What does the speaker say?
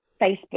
Facebook